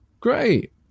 Great